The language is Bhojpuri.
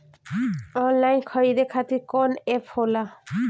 आनलाइन खरीदे खातीर कौन एप होला?